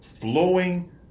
blowing